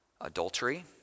adultery